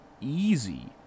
easy